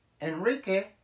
Enrique